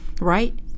right